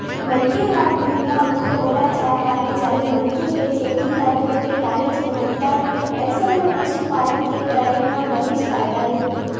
मनखे ह बिहनिया उठथे ओला चाय पानी चाही मनखे के जिनगी म दूद के काहेच महत्ता हे अइसन म पसुपालन के करई म बनेच फायदा हे